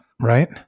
right